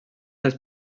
dels